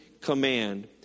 command